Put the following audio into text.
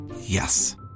Yes